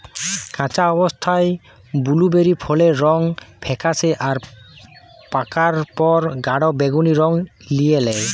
কাঁচা অবস্থায় বুলুবেরি ফলের রং ফেকাশে আর পাকার পর গাঢ় বেগুনী রং লিয়ে ল্যায়